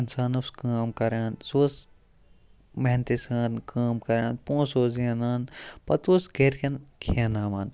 اِنسان اوس کٲم کران سُہ اوس محنتہِٕ سان کٲم کران پونٛسہِ اوس زینان پَتہٕ اوس گَرکٮ۪ن کھیاناوان